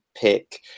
pick